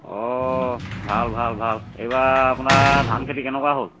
অঁ ভাল ভাল ভাল এইবাৰ আপোনাৰ ধান খেতি কেনেকুৱা হ'ল